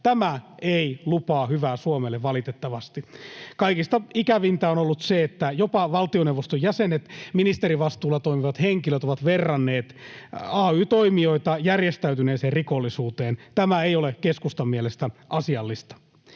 Tämä ei lupaa hyvää Suomelle, valitettavasti. Kaikista ikävintä on ollut se, että jopa valtioneuvoston jäsenet, ministerivastuulla toimivat henkilöt, ovat verranneet ay-toimijoita järjestäytyneeseen rikollisuuteen. Tämä ei ole keskustan mielestä asiallista.